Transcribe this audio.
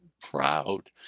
proud